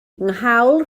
nghawl